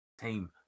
team